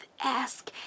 Ask